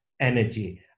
energy